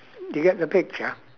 you get the picture